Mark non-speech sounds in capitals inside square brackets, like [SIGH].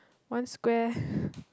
one square [BREATH]